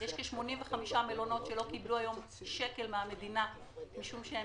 יש כ-85 מלונות שלא קבלו היום שקל מהמדינה משום שהם